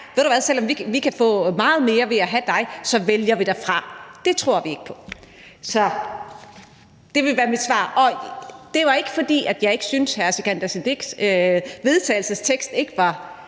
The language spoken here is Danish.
ved du hvad, selv om vi kan få meget mere ved at have dig, vælger vi dig fra. Det tror vi ikke på. Så det vil være mit svar. Og det var ikke, fordi jeg ikke syntes, hr. Sikandar